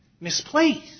misplaced